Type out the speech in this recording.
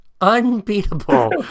Unbeatable